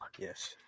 Yes